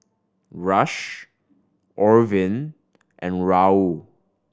Rush Orvin and Raul